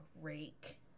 rake